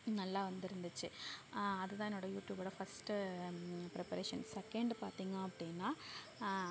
நல்லா வந்திருந்துச்சி அதுதான் என்னோடய யூடியூபோடய ஃபஸ்ட்டு ப்ரிப்பரேஷன் செக்கெண்ட் பார்த்தீங்க அப்படினா